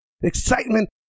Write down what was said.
excitement